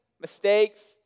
mistakes